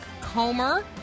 Comer